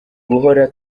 guhora